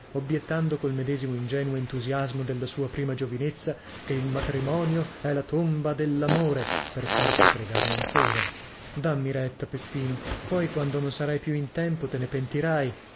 obbiettando col medesimo ingenuo entusiasmo della sua prima giovinezza che il matrimonio è la tomba dellamore per farsi pregare ancora dammi retta peppino poi quando non sarai più in tempo te ne pentirai